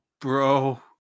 bro